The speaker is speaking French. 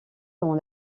dans